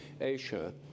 Asia